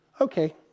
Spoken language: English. Okay